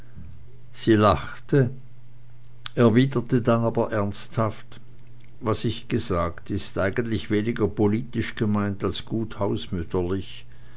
sie lachte erwiderte dann aber ernsthaft was ich gesagt ist eigentlich weniger politisch gemeint als gut